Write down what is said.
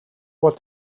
бол